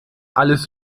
alles